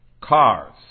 Cars